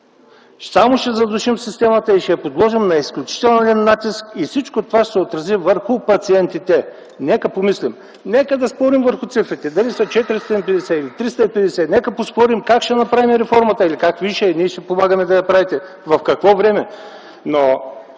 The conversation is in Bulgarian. Само ще задушим системата и ще я подложим на изключителен натиск. Всичко това ще се отрази върху пациентите. Нека помислим! Нека да поспорим върху цифрите – дали са 450 или 350, нека поспорим как ще направим реформата или как вие ще я направите, ние ще помагаме да я правите, в какво време. Но